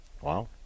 Wow